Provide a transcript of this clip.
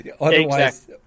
Otherwise